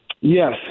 Yes